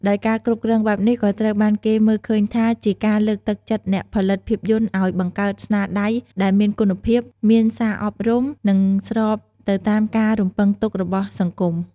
ដោយការគ្រប់គ្រងបែបនេះក៏ត្រូវបានគេមើលឃើញថា ជាការលើកទឹកចិត្តអ្នកផលិតភាពយន្តឲ្យបង្កើតស្នាដៃដែលមានគុណភាព មានសារអប់រំ និងស្របទៅតាមការរំពឹងទុករបស់សង្គម។